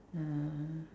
uh